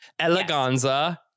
eleganza